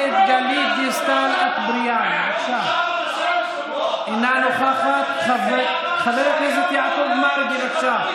תנו לאנשים את היכולת להתקיים בכבוד.